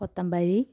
കൊത്തമ്പാരി